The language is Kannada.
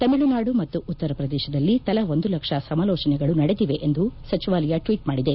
ತಮಿಳುನಾಡು ಮತ್ತು ಉತ್ತರ ಪ್ರದೇಶದಲ್ಲಿ ತಲಾ ಒಂದು ಲಕ್ಷ ಸಮಲೋಚನೆಗಳು ನಡೆದಿವೆ ಎಂದು ಸಚಿವಾಲಯ ಟ್ನೀಟ್ ಮಾಡಿದೆ